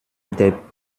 der